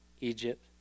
Egypt